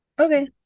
Okay